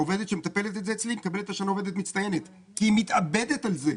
העובדת שמטפלת בזה אצלי מקבלת השנה עובדת מצטיינת כי היא מתאבדת על זה.